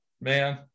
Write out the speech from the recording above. man